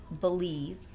believe